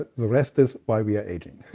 but the rest is why we are aging.